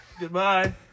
Goodbye